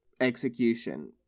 execution